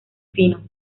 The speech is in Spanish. finos